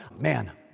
man